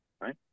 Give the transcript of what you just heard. Right